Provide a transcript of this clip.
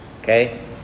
okay